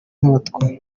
n’abatwa